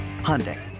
Hyundai